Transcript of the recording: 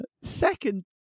second